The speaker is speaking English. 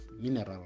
mineral